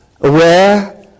aware